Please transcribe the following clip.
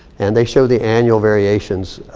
and they show the annual variations